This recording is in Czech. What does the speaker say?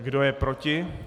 Kdo je proti?